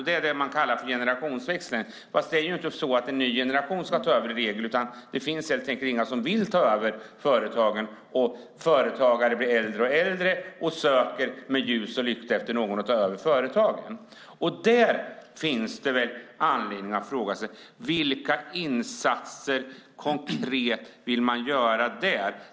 Det är det man kallar för generationsväxlingen. Det är inte så att en ny generation ska ta över, utan det finns helt enkelt inga som vill ta över företagen. Företagare blir äldre och äldre och söker med ljus och lykta efter någon som vill ta över företagen. Där finns det väl anledning att fråga sig: Vilka insatser konkret vill man göra där?